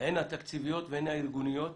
הן התקציביות והן הארגוניות